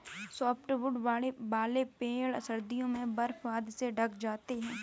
softwood वाले पेड़ सर्दियों में बर्फ आदि से ढँक जाते हैं